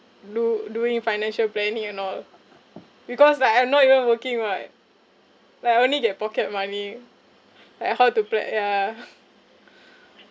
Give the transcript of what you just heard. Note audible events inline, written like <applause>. do~ doing financial planning and all because like I'm not even working [what] like I only get pocket money like how to pla~ yeah <laughs>